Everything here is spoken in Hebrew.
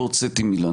לא הוצאתי מילה.